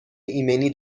ایمنی